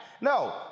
No